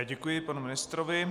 Děkuji panu ministrovi.